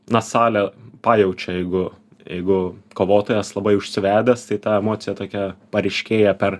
na salę pajaučia jeigu jeigu kovotojas labai užsivedęs tai ta emocija tokia paryškėja per